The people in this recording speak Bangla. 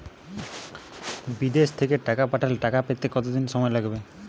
বিদেশ থেকে টাকা পাঠালে টাকা পেতে কদিন সময় লাগবে?